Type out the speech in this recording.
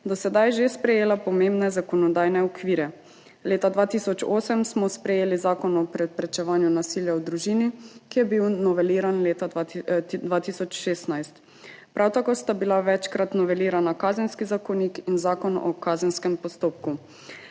do sedaj že sprejela pomembne zakonodajne okvire. Leta 2008 smo sprejeli Zakon o preprečevanju nasilja v družini, ki je bil noveliran leta 2016. Prav tako sta bila večkrat novelirana Kazenski zakonik in Zakon o kazenskem postopku,